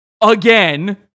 again